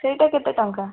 ସେଇଟା କେତେ ଟଙ୍କା